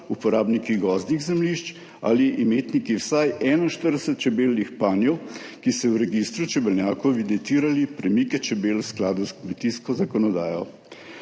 uporabniki gozdnih zemljišč ali imetniki vsaj 41. čebeljih panjev, ki so v registru čebelnjakov evidentirali premike čebel v skladu s kmetijsko zakonodajo.